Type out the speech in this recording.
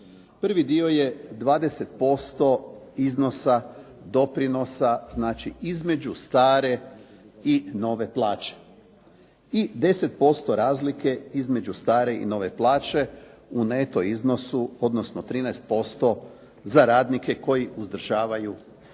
Prvi dio je 20% iznosa doprinosa znači između stare i nove plaće i 10% razlike između stare i nove plaće u neto iznosu, odnosno 13% za radnike koji uzdržavaju dijete.